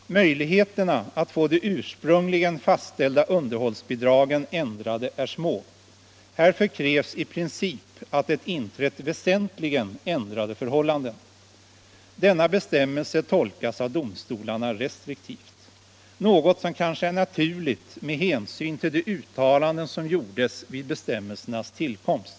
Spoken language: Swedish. Möjligheterna att få de ursprungligen fastställda underhållsbidragen ändrade är små. Härför krävs i princip att det inträtt väsentligen ändrade förhållanden. Denna bestämmelse tolkas av domstolarna restriktivt, något som kanske är förklarligt med hänsyn till uttalandena vid bestämmelsernas tillkomst.